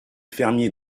fermiers